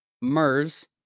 MERS